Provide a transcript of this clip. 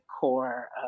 core